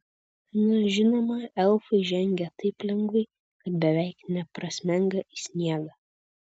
na žinoma elfai žengia taip lengvai kad beveik neprasmenga į sniegą